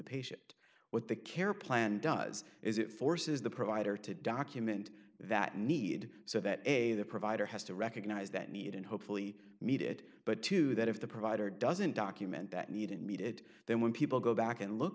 patient what the care plan does is it forces the provider to document that need so that a the provider has to recognize that need and hopefully meet it but to that if the provider doesn't document that need and meet it then when people go back and look